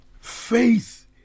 faith